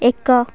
ଏକ